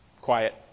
quiet